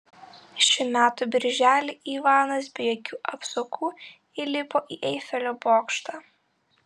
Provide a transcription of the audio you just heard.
šių metų birželį ivanas be jokių apsaugų įlipo į eifelio bokštą